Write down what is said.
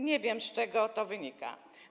Nie wiem, z czego to wynika.